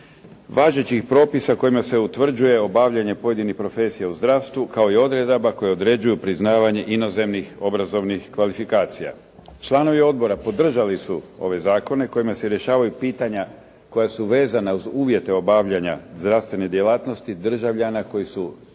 važećih propisa kojima se utvrđuje obavljanje pojedinih profesija u zdravstvu kao i odredaba koje određuju priznavanje inozemnih obrazovanih kvalifikacija. Članovi Odbora podržali su ove zakone kojima se rješavaju pitanja koja su vezana uz uvjete obavljanja zdravstvene djelatnosti državljana koji su državljani